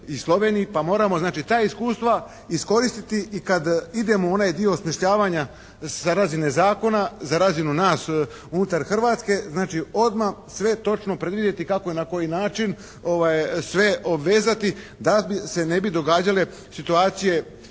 pa moramo znači ta iskustva iskoristiti i kad idemo u onaj dio osmišljavanja sa razine zakona za razinu nas unutar Hrvatske, znači odmah sve točno predvidjeti kako i na koji način sve obvezati da se ne bi događale situacije